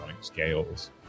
scales